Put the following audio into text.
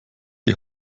die